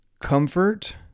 comfort